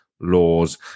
laws